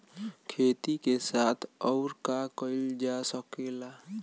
खेती के साथ अउर का कइल जा सकेला?